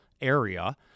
area